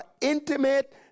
intimate